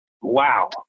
wow